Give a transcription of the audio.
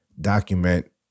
document